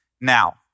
Now